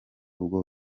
ubwo